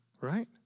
Right